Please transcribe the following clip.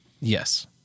Yes